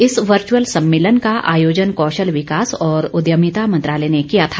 इस वर्च्यअल सम्मेलन का आयोजन कौशल विकास और उद्यभिता मंत्रालय ने किया था